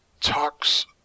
talks –